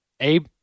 Abe